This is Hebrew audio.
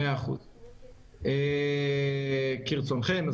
אוקיי, כרצונכם.